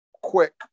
quick